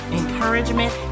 encouragement